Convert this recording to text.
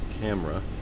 camera